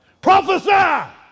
prophesy